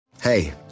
Hey